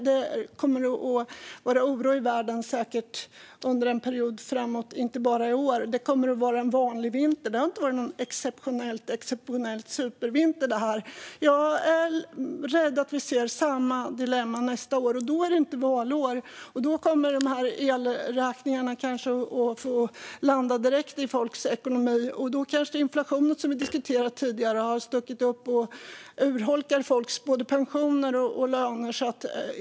Det kommer säkert att vara oro i världen under en period framöver och inte bara i år. Det kommer att vara vanliga vintrar. Det har inte varit en exceptionell supervinter det här året. Jag är rädd att vi ser samma dilemma nästa år, och då är det inte valår. Då landar elräkningarna direkt i folks ekonomi. Kanske har inflationen, som vi diskuterade tidigare, stuckit upp då och urholkar folks pensioner och löner.